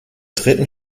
dritten